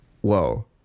whoa